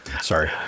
Sorry